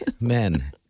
men